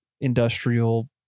industrial